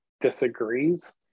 disagrees